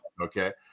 Okay